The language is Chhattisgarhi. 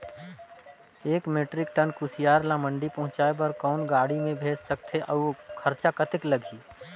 एक मीट्रिक टन कुसियार ल मंडी पहुंचाय बर कौन गाड़ी मे भेज सकत हव अउ खरचा कतेक लगही?